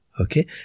Okay